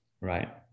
Right